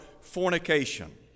fornication